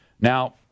Now